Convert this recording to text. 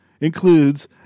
includes